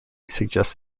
suggests